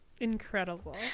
Incredible